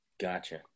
Gotcha